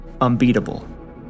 unbeatable